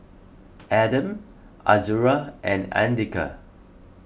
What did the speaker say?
Adam Azura and andika